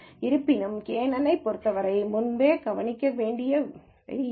இருப்பினும் kNN ஐப் பயன்படுத்துவதற்கு முன்பு கவனிக்க வேண்டியவை இவை